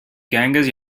ganges